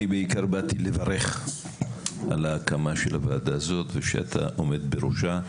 אני בעיקר באתי לברך על ההקמה של הוועדה הזאת שאתה עומד בראשה.